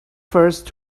first